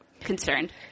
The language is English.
concerned